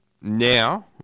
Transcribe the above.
now